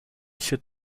should